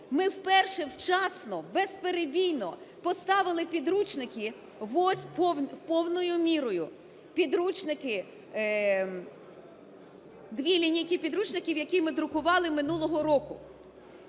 ми вперше вчасно, безперебійно поставили підручники повною мірою. Підручники, дві лінійки підручників, які ми друкували минулого року.